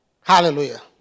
Hallelujah